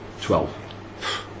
Twelve